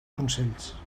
consells